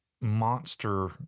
monster